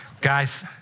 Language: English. Guys